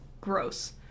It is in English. Gross